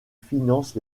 finance